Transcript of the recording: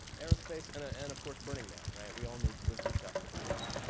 aerospace. and, ah and of course, burning man, right? we all need blinky stuff for burning man.